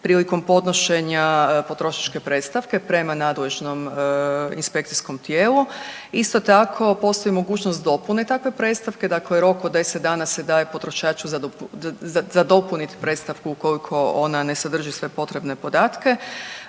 prilikom podnošenja potrošačke predstavke prema nadležnom inspekcijom tijelu. Isto tako postoji mogućnost dopune takve predstavke, dakle rok od 10 dana se daje potrošaču za dopunit predstavku ukoliko ona ne sadrži sve potrebne podatke.